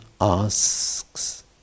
asks